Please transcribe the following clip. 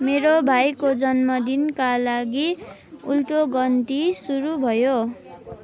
मेरो भाइको जन्मदिनका लागि उल्टोगन्ती सुरु भयो